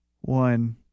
One